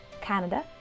Canada